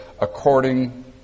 according